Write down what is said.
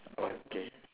okay